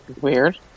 Weird